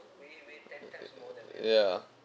yeah